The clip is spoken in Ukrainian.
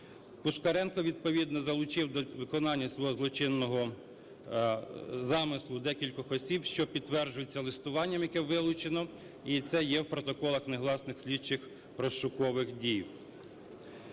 Пушкаренко відповідно залучив до виконання свого злочинного замислу декількох осіб, що підтверджується листуванням, яке вилучено. І це є в протоколах негласних слідчих розшукових дій.